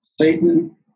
Satan